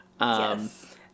Yes